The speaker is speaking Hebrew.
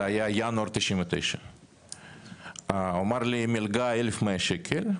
זה היה ינואר 99. הוא אמר לי מלגה 1100 שקל,